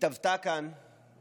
התהוותה כאן